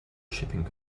shipping